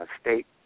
state